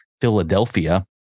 Philadelphia